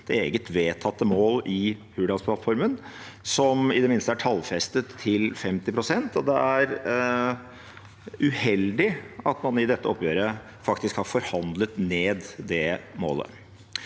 eget vedtatte mål i Hurdalsplattformen, der det i det minste er tallfestet til 50 pst. Det er uheldig at man i dette oppgjøret faktisk har forhandlet ned det målet.